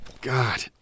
God